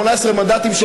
18 מנדטים,